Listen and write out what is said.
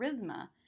charisma